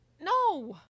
No